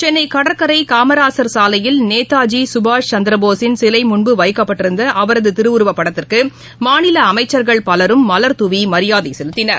சென்னைகடற்கரைகாமராசர் சாலையில் நேதாஜிசுபாஷ் சந்திரபோசின் சிலைமுன்பு வைக்கப்பட்டிருந்த அவரதுதிருவுருவப் படத்திற்குமாநிலஅமைச்சர்கள் பலரும் மலர்த்தூவிமரியாதைசெலுத்தினர்